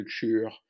culture